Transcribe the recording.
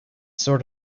sort